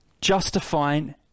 Justifying